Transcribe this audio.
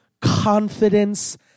confidence